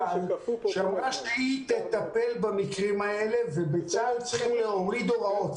שאמרה שהיא תטפל במקרים האלה ובצה"ל צריכים להוריד הוראות.